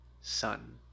sun